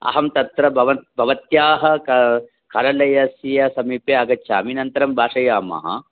अहं तत्र बव भवत्याः कस्य कार्यालयस्य समीपे आगच्छामि नन्तरं भाषयामः